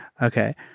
Okay